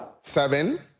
Seven